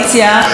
למליאה,